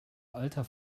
alter